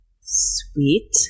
Sweet